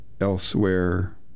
elsewhere